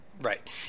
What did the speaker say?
Right